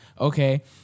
okay